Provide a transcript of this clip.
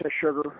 sugar